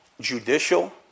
Judicial